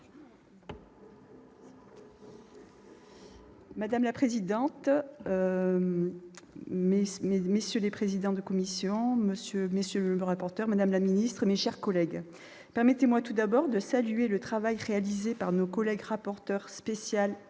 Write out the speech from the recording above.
Madame la présidente, messieurs les présidents de commission, monsieur le rapporteur, madame la secrétaire d'État, mes chers collègues, permettez-moi tout d'abord de saluer le travail réalisé par M. le rapporteur spécial